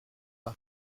pas